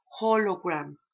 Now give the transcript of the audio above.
hologram